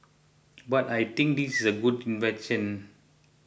but I think this is a good invention